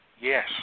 Yes